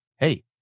Hey